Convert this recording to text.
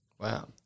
Wow